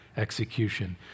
execution